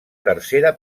tercera